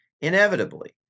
Inevitably